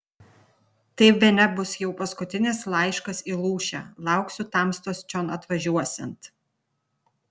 tai bene bus jau paskutinis laiškas į lūšę lauksiu tamstos čion atvažiuosiant